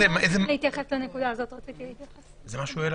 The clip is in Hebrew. מישהו רוצה לענות?